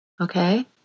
Okay